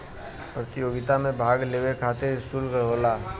प्रतियोगिता मे भाग लेवे खतिर सुल्क होला